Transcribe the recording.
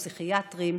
הפסיכיאטרים,